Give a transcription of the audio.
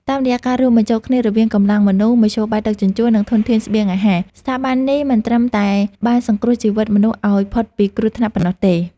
តាមរយៈការរួមបញ្ចូលគ្នារវាងកម្លាំងមនុស្ស មធ្យោបាយដឹកជញ្ជូន និងធនធានស្បៀងអាហារ ស្ថាប័ននេះមិនត្រឹមតែបានសង្គ្រោះជីវិតមនុស្សឱ្យផុតពីគ្រោះថ្នាក់ប៉ុណ្ណោះទេ។